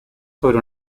sobre